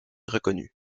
reconnu